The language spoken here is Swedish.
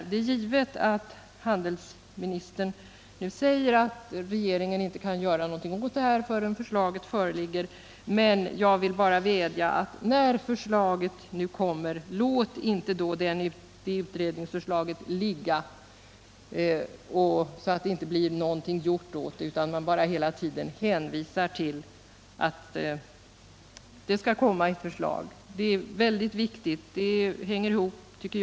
Det är givet att handelsministern inte kan göra någonting förrän förslaget föreligger. Jag vill vädja till handelsministern at inte, när förslaget kommer, låta det ligga utan att göra någonting åt saken. Det är väldigt viktigt att vi Om enhetlig prissättning på bensin och olja Om de privatdrivna varvens konkurrensförhållanden verkligen får ordning på detta.